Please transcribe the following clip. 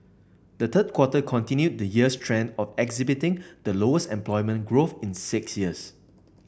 the third quarter continued the year's trend of exhibiting the lowest employment growth in six years